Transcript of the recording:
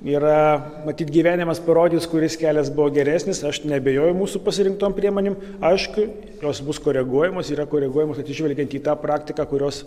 yra matyt gyvenimas parodys kuris kelias buvo geresnis aš neabejoju mūsų pasirinktom priemonėm aišku jos bus koreguojamos yra koreguojamos atsižvelgiant į tą praktiką kurios